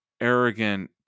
arrogant